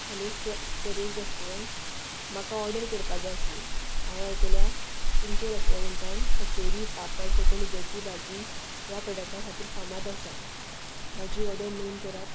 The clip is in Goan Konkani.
हॅलो स सरोज रॅस्टॉरण म्हाका ऑर्डर करपा जाय आसली हांवें आयकल्या तुमच्या रॅस्टरॉण्टान कचोरी पापड कोंकण दुदयाची भाजी ह्या प्रॉडक्टा खातीर फामाद आसा म्हजी ऑर्डर नोंद करात